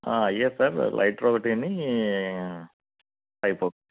అవ్వే sir lighter ఒకటినీ pipe